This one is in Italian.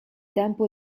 tempo